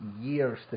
years